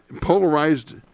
polarized